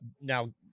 now